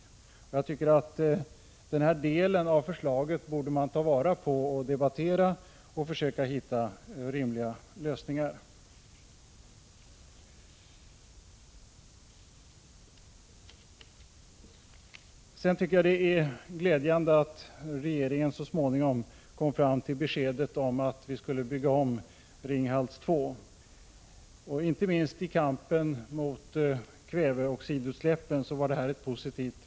Jag tycker att man borde ta vara på och debattera denna del av förslaget samt försöka hitta rimliga lösningar. Det är glädjande att regeringen så småningom kom fram till att Ringhals 2 skulle byggas om. Inte minst i kampen mot kväveoxidutsläppen är detta positivt.